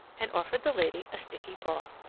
and offered the lady a sticky paw.